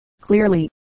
clearly